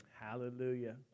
Hallelujah